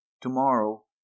TOMORROW